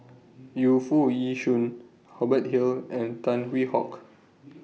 Yu Foo Yee Shoon Hubert Hill and Tan Hwee Hock